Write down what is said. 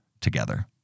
together